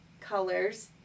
colors